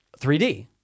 3D